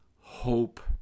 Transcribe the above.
hope